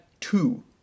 two